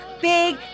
big